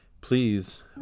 please